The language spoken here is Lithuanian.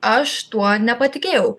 aš tuo nepatikėjau